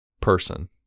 person